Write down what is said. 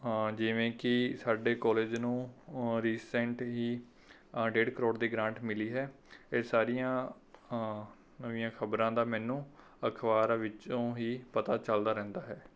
ਜਿਵੇਂ ਕਿ ਸਾਡੇ ਕੋਲਜ ਨੂੰ ਰਿਸੈਂਟ ਹੀ ਡੇਢ ਕਰੋੜ ਦੀ ਗ੍ਰਾਂਟ ਮਿਲੀ ਹੈ ਇਹ ਸਾਰੀਆਂ ਨਵੀਆਂ ਖਬਰਾਂ ਦਾ ਮੈਨੂੰ ਅਖਬਾਰਾਂ ਵਿੱਚੋਂ ਹੀ ਪਤਾ ਚੱਲਦਾ ਰਹਿੰਦਾ ਹੈ